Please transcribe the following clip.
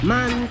Man